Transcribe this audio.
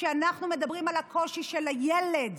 כשאנחנו מדברים על הקושי של הילד,